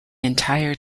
entire